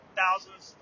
thousands